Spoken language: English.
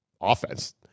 offense